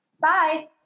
Bye